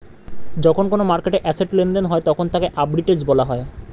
যখন কোনো মার্কেটে অ্যাসেট্ লেনদেন হয় তখন তাকে আর্বিট্রেজ বলা হয়